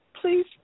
please